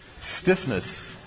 stiffness